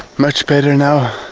much better now